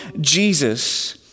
Jesus